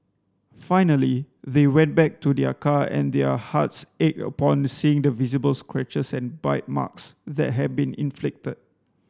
finally they went back to their car and their hearts ached upon seeing the visible scratches and bite marks that had been inflicted